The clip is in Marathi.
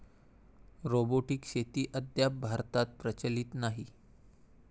रोबोटिक शेती अद्याप भारतात प्रचलित नाही